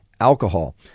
Alcohol